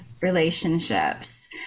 relationships